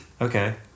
Okay